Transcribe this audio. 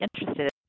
interested